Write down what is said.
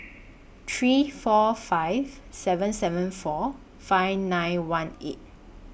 three four five seven seven four five nine one eight